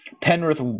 Penrith